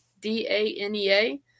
D-A-N-E-A